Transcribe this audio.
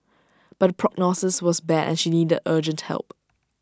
but the prognosis was bad and she needed urgent help